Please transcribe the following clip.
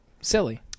silly